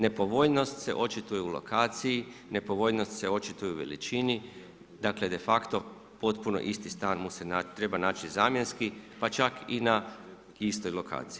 Nepovoljnost se očituje u lokaciji, nepovoljnost se očituje u veličini, dakle de facto potpuno isti stan mu se treba naći zamjenski pa čak i na istoj lokaciji.